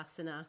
asana